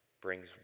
brings